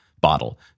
bottle